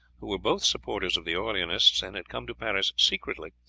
who were both supporters of the orleanists and had come to paris secretly,